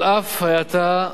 על אף ההאטה,